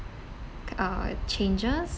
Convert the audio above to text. uh changes